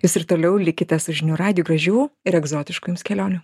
jūs ir toliau likite su žinių radiju gražių ir egzotiškų jums kelionių